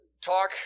talk